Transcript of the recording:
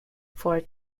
for